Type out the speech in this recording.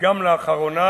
גם לאחרונה.